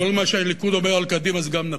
כל מה שהליכוד אומר על קדימה זה גם נכון.